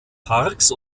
parks